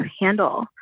handle